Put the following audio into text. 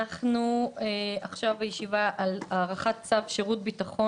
אנחנו עכשיו בישיבה על הארכת צו שירות ביטחון